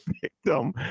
victim